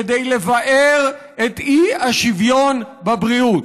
כדי לבער את האי-שוויון בבריאות.